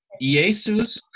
Jesus